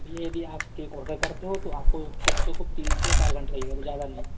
भैया यदि आप केक ऑर्डर करते हो तो आपको खूब से खूब तीन से या चार घंटे लगेगा ज़्यादा नहीं